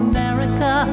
America